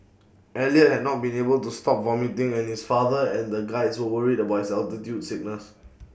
Elliot had not been able to stop vomiting and his father and the Guides were worried about his altitude sickness